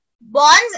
bonds